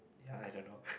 ya I don't know